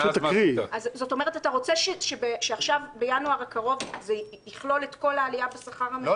אתה רוצה שבינואר הקרוב זה יכלול את כל העלייה בשכר הממוצע?